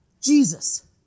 Jesus